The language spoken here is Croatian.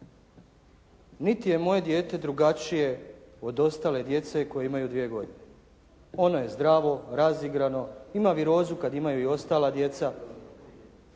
Niti je moje dijete drugačije od ostale djece koja imaju dvije godine. Ona je zdravo, razigrano, ima virozu kad imaju i ostala djeca.